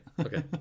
okay